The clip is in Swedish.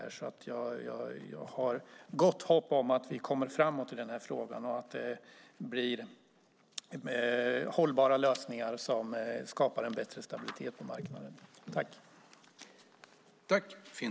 Jag har därför gott hopp om att vi kommer framåt i denna fråga och att det blir hållbara lösningar som skapar en bättre stabilitet på marknaden.